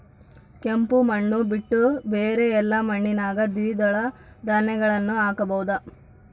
ಕೆಂಪು ಮಣ್ಣು ಬಿಟ್ಟು ಬೇರೆ ಎಲ್ಲಾ ಮಣ್ಣಿನಾಗ ದ್ವಿದಳ ಧಾನ್ಯಗಳನ್ನ ಹಾಕಬಹುದಾ?